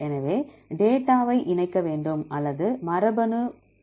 எனவே டேட்டாவை இணைக்க வேண்டும் அல்லது மரபணு தூரத்துடன் ஒடுக்க வேண்டும்